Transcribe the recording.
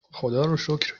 خداروشکر